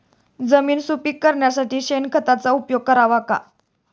जमीन सुपीक करण्यासाठी शेणखताचा उपयोग करावा का?